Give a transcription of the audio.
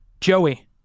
Joey